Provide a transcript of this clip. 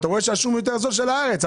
שהשום של הארץ יותר זול.